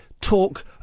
talk